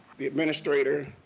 the administrator,